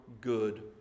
good